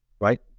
right